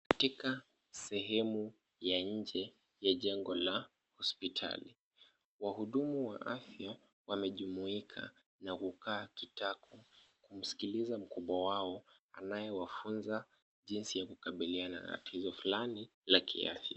Ktika sehemu ya nje la jengo ya hospitali. Wahudumu wa afya wamejumuika na kukaa kitako na kusikiliza mkubwa wao anayewafunza jinsi ya kukabiliana na tatizo fulani ya kiafya.